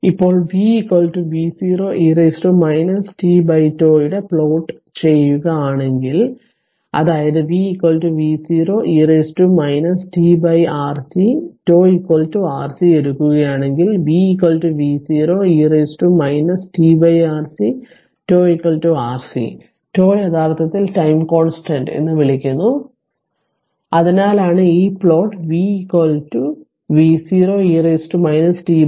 അതിനാൽ ഇപ്പോൾ V Vo e t τ plot ചെയ്യുക ആണെങ്കിൽ അതായത് V V0 e t RC τ RC എടുക്കുകയാണെങ്കിൽ V V0 e t RC τ RC τ യഥാർത്ഥത്തിൽ ടൈം കോൺസ്റ്റന്റ് എന്ന് വിളിക്കുന്നു അതിനാൽ അതിനാലാണ് ഈ plot V V0 e t RC